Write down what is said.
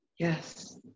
Yes